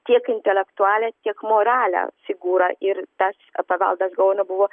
tiek intelektualią tiek moralią figūrą ir tas paveldas gaono buvo